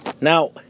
Now